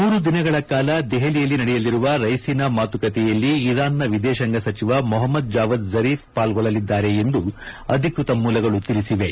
ಮೂರು ದಿನಗಳ ಕಾಲ ದೆಹಲಿಯಲ್ಲಿ ನಡೆಯಲಿರುವ ರೈಸೀನಾ ಮಾತುಕತೆಯಲ್ಲಿ ಇರಾನ್ನ ವಿದೇಶಾಂಗ ಸಚಿವ ಮೊಹ್ಸದ್ ಜಾವದ್ ಝರಿಫ್ ಪಾಲ್ಗೊಳ್ಳಲಿದ್ದಾರೆ ಎಂದು ಅಧಿಕೃತ ಮೂಲಗಳು ತಿಳಿಸಿವೆ